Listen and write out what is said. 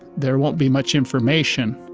there won't be much information.